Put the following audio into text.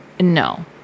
no